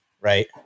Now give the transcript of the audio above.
right